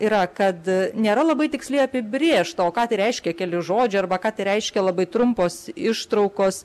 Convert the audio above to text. yra kad nėra labai tiksliai apibrėžta o ką tai reiškia keli žodžiai arba ką tai reiškia labai trumpos ištraukos